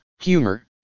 humor